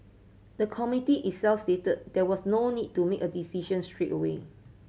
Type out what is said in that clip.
the Committee itself stated that there was no need to make a decision straight away